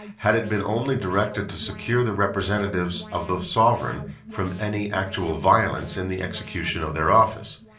had it been only directed to secure the representatives of the sovereign from any actual violence in the execution of their office.